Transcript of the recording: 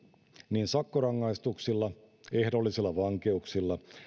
niin sakkorangaistuksilla ehdollisilla vankeuksilla